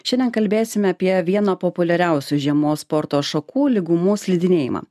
šiandien kalbėsime apie vieną populiariausių žiemos sporto šakų lygumų slidinėjimą